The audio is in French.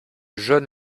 jaune